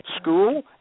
school